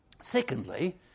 Secondly